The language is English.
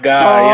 God